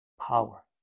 Power